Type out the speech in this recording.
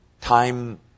time